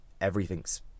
everything's